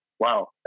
Wow